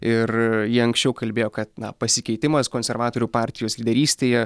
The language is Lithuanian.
ir ji anksčiau kalbėjo kad na pasikeitimas konservatorių partijos lyderystėje